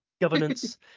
governance